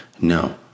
No